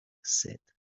said